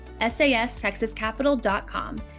sastexascapital.com